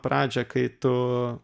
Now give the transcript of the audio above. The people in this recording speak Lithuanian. pradžią kai tu